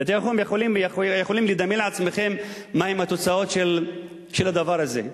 ואתם יכולים לדמיין לעצמכם מהן התוצאות של הדבר הזה.